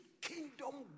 kingdom